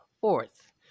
fourth